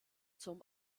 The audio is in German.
zum